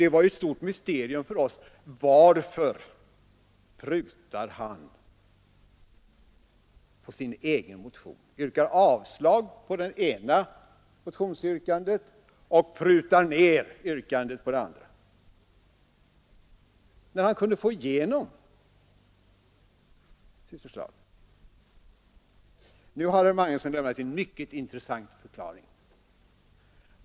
Det var ett stort mysterium för oss varför han prutade på sin egen motion. Han yrkade avslag på det ena motionsyrkandet och prutade på det andra. Han kunde ju få igenom sina förslag. Nu har herr Magnusson i Kristinehamn lämnat en mycket intressant förklaring.